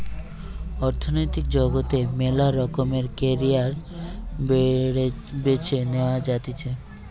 অর্থনৈতিক জগতে মেলা রকমের ক্যারিয়ার বেছে নেওয়া যাতিছে